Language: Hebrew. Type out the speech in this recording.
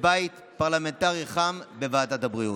ובית פרלמנטרי חם בוועדת הבריאות.